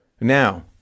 Now